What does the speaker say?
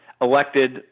elected